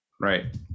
Right